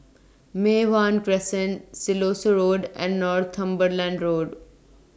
Mei Hwan Crescent Siloso Road and Northumberland Road